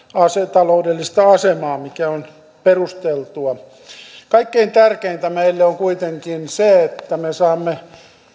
taloudellista asemaa mikä on perusteltua kaikkein tärkeintä meille on kuitenkin se että me saamme